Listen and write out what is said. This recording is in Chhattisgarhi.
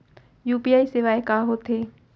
यू.पी.आई सेवाएं का होथे?